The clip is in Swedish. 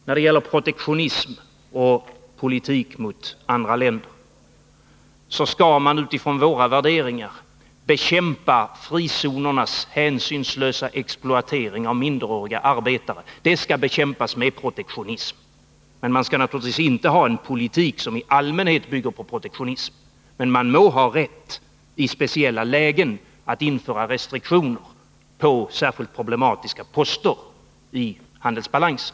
När det gäller protektionism och politik mot andra länder skall man utifrån 81 våra värderingar bekämpa frizonernas hänsynslösa exploatering av minderåriga arbetare. Och denna skall bekämpas med protektionism. Men naturligtvis skall man inte ha en politik som i allmänhet bygger på protektionism. Man må dock, i speciella lägen, ha rätt att införa restriktioner på särskilt problematiska poster i handelsbalansen.